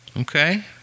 Okay